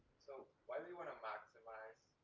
so, why do we wanna maximize